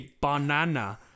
Banana